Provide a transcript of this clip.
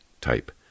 type